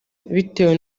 bitewe